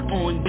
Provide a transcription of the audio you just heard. on